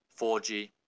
4G